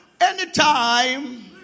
anytime